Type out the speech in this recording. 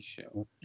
show